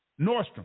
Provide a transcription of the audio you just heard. Nordstrom